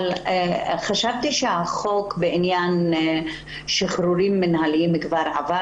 אבל חשבתי שהחוק בעניין שחרורים מינהליים כבר עבר